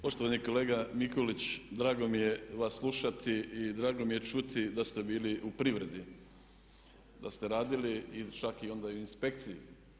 Poštovani kolega Mikulić, drago mi je vas slušati i drago mi je čuti da ste bili u privredi, da ste radili čak onda i u inspekciji.